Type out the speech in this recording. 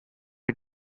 you